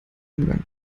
umgang